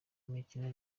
imikino